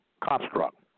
construct